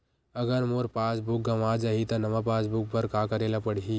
अगर मोर passbook गवां जाहि त नवा पास बुक बर का करे ल पड़हि?